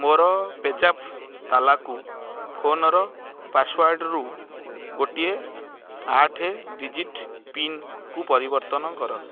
ମୋର ପେ ଜାପ୍ ତାଲାକୁ ଫୋନର ପାସୱାର୍ଡ଼ରୁ ଗୋଟିଏ ଆଠ ଡିଜିଟ୍ ପିନ୍କୁ ପରିବର୍ତ୍ତନ କର